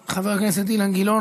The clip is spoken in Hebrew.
תודה רבה, חבר הכנסת אילן גילאון.